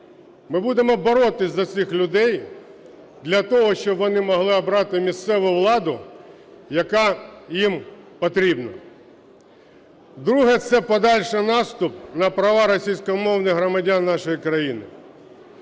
Ми будемо боротися за цих людей для того, щоб вони могли обрати місцеву владу, яка їм потрібна. Друге. Це подальший наступ на права російськомовних громадян нашої країни.